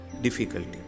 difficulty